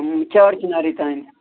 چار چناری تانۍ